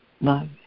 love